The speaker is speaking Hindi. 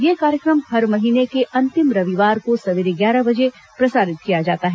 यह कार्यक्रम हर महीने के अंतिम रविवार को सवेरे ग्यारह बजे प्रसारित किया जाता है